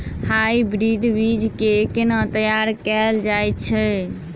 Hybrid बीज केँ केना तैयार कैल जाय छै?